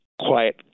quiet